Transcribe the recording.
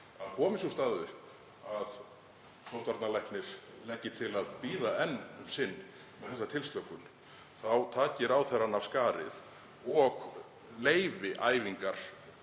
að komi sú staða upp að sóttvarnalæknir leggi til að bíða enn um sinn með þessa tilslökun þá taki ráðherrann af skarið og leyfi æfingar,